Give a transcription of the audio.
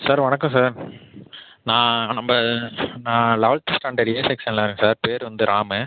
sir வணக்கம் sir நான் நம்ப நான் லவன்த்து ஸ்டாண்ட்ரட் ஏ செக்ஷனில் இருக்கேன் சார் பேர் வந்து ராமு